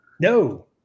No